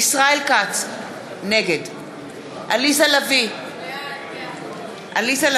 ישראל כץ, נגד עליזה לביא, בעד